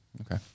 Okay